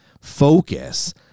focus